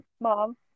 mom